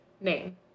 name